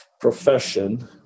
profession